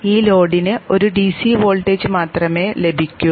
ഈ ലോഡിന് ഒരു ഡിസി വോൾട്ടേജ് മാത്രമേ ലഭിക്കൂ